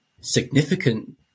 significant